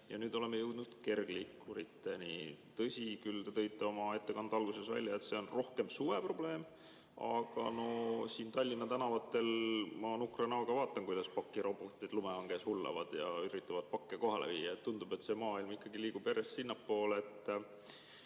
nüüd oleme jõudnud kergliikuriteni. Tõsi küll, te tõite oma ettekande alguses välja, et see on rohkem suveprobleem. Aga no siin Tallinna tänavatel ma nukra näoga vaatan, kuidas pakirobotid lumehanges hullavad ja üritavad pakke kohale viia. Tundub, et see maailm liigub ikkagi järjest sinnapoole,